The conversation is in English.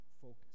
focus